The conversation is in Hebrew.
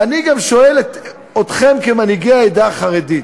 ואני גם שואל אתכם, כמנהיגי העדה החרדית,